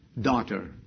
daughter